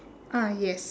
ah yes